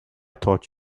thought